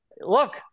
Look